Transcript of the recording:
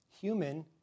human